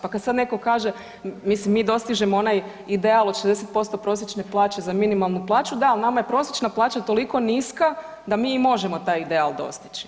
Pa kad sad netko kaže, mislim mi dostižemo onaj ideal od 60% prosječne plaće za minimalnu plaću, da ali nama je prosječna plaća toliko niska da mi možemo i taj ideal dostići.